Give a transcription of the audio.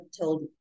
told